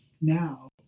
now